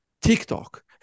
TikTok